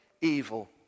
evil